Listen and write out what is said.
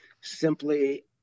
simply